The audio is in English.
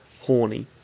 horny